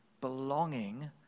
Belonging